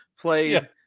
played